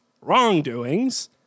wrongdoings